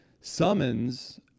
summons